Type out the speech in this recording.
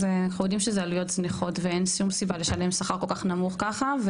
אנחנו יודעים שזה עלויות זניחות ואין שום סיבה לשלם שכר כל כך נמוך ככה.